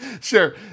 sure